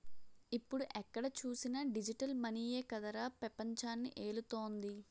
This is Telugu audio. ఇప్పుడు ఎక్కడ చూసినా డిజిటల్ మనీయే కదరా పెపంచాన్ని ఏలుతోంది